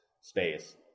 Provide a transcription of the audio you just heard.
space